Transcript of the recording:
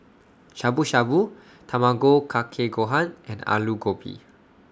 Shabu Shabu Tamago Kake Gohan and Alu Gobi